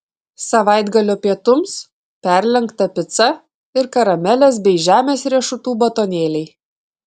savaitgalio pietums perlenkta pica ir karamelės bei žemės riešutų batonėliai